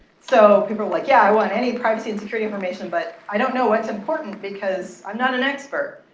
so people are like, yeah, i want any privacy and security information but i don't know what's important because i'm not an expert.